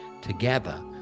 together